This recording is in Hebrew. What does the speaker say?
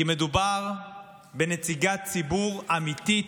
כי מדובר בנציגת ציבור אמיתית,